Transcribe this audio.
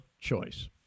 choice